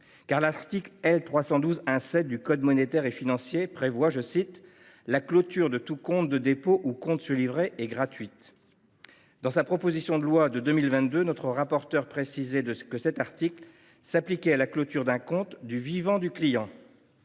l’article L. 312–1–7 du code monétaire et financier prévoit que « la clôture de tout compte de dépôt ou compte sur livret est gratuite ». Dans sa proposition de loi de 2022, notre rapporteur précisait que cet article s’appliquait à la clôture d’un compte du vivant du client.